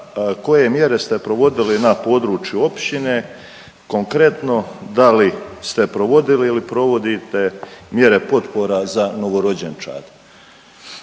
koje mjere ste provodili na području općine konkretno da li ste provodili ili provodite mjere potpora za novorođenčad?